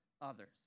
others